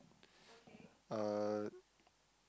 uh